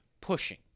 pushing